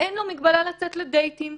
אבל אין עליו מגבלה לצאת לדייטים.